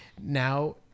now